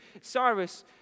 Cyrus